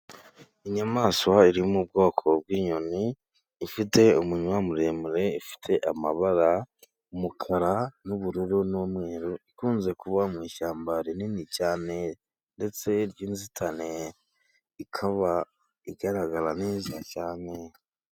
Inyamaswa iri mu bwoko bw'inyoni, ifite umunwa muremure, ifite amabara umukara n'ubururu n'umweru. Ikunze kuba mu ishyamba rinini cyane ndetse ry'inzitane, ikaba igaragara neza cyane.